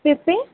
পেঁপে